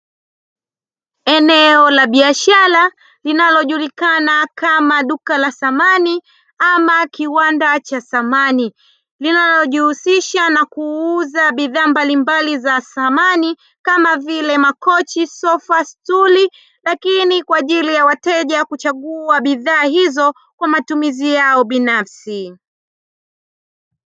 Eneo la biashara linalojulikana kama duka la samani ama kiwanda cha samani, linalojihusisha na kuuza bidhaa mbalimbali za samani kama vile: makochi, sofa, stuli; lakini kwa ajili ya wateja kuchagua bidhaa hizo kwa matumizi yao binafsi.